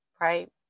right